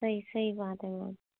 सही सही बात है मैम